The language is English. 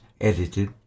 edited